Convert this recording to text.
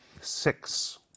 Six